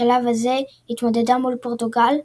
בשלב זה היא התמודדה מול פורטוגל,